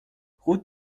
route